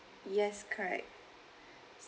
yes correct